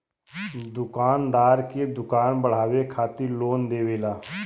दुकानदार के दुकान बढ़ावे खातिर लोन देवेला